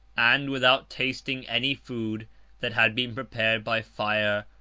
and without tasting any food that had been prepared by fire,